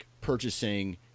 purchasing